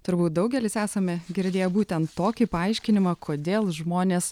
turbūt daugelis esame girdėję būtent tokį paaiškinimą kodėl žmonės